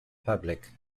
public